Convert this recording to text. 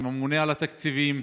עם הממונה על התקציבים,